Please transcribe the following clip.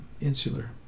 insular